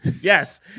Yes